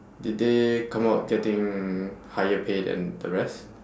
did they come out getting higher pay than the rest